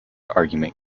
argument